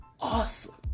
awesome